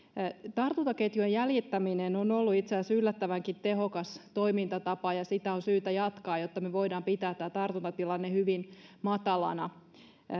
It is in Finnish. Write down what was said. tartuntaketjujen jäljittäminen on ollut itse asiassa yllättävänkin tehokas toimintatapa ja sitä on syytä jatkaa jotta me voimme pitää tämän tartuntatilanteen hyvin matalana